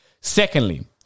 Secondly